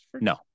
No